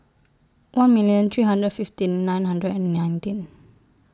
one million three hundred fifteen nine hundred and nineteen